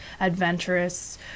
adventurous